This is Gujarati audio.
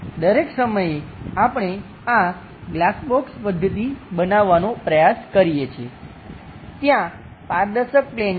તેથી દરેક સમયે આપણે આ ગ્લાસ બોક્સ પદ્ધતિ બનાવવાનો પ્રયાસ કરીએ છીએ ત્યાં પારદર્શક પ્લેન છે